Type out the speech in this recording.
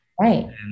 Right